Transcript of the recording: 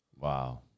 Wow